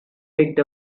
picked